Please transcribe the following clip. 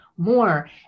More